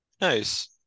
Nice